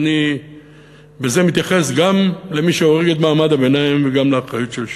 ואני בזה מתייחס גם למי שהוריד את מעמד הביניים וגם לאחריות של ש"ס.